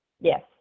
Yes